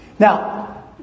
Now